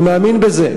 אני מאמין בזה.